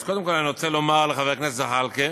אז קודם כול, אני רוצה לומר לחבר הכנסת זחאלקה,